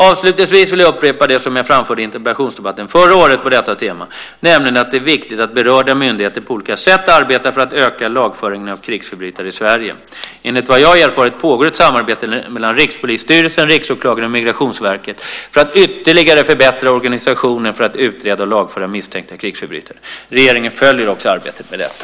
Avslutningsvis vill jag upprepa det som jag framförde i interpellationsdebatten förra året på detta tema, nämligen att det är viktigt att berörda myndigheter på olika sätt arbetar för att öka lagföringen av krigsförbrytare i Sverige. Enligt vad jag erfarit pågår ett samarbete mellan Rikspolisstyrelsen, riksåklagaren och Migrationsverket för att ytterligare förbättra organisationen för att utreda och lagföra misstänkta krigsförbrytare. Regeringen följer också arbetet med detta.